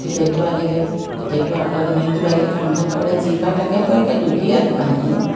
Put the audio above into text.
পিতেকটো আহিলে পিতেকটো আঁতৰত এনেই কিবা এই কাম বন কৰে যি পায় তাকে কৰে একে দুখীয়া দোকান এখনো